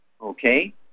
Okay